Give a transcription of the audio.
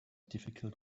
difficult